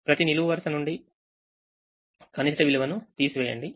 ప్రతినిలువు వరుస నుండి నిలువు వరుస కనిష్టాన్ని తీసివేయండి